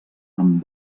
amb